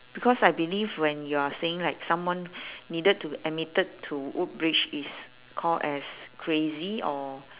because I believe when you're saying like someone needed to admitted to is call as crazy or